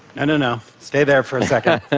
and no. stay there for a second.